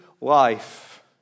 life